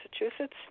Massachusetts